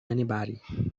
anybody